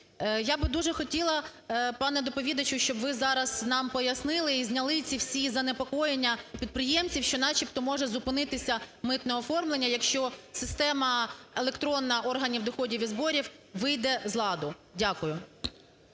Я би дуже хотіла, пане доповідачу, щоб ви зараз нам пояснили і зняли ці всі занепокоєння підприємців, що начебто може зупинитися митне оформлення, якщо система електронна органів доходів і зборів вийде з ладу. Дякую.